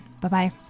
Bye-bye